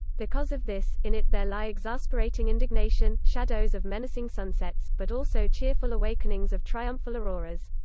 because of this, in it there lie exasperating indignation, shadows of menacing sunsets, but also cheerful awakenings of triumphal auroras.